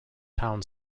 town